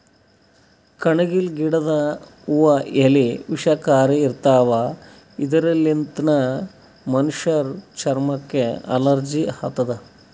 ಕಣಗಿಲ್ ಗಿಡದ್ ಹೂವಾ ಎಲಿ ವಿಷಕಾರಿ ಇರ್ತವ್ ಇದರ್ಲಿನ್ತ್ ಮನಶ್ಶರ್ ಚರಮಕ್ಕ್ ಅಲರ್ಜಿ ಆತದ್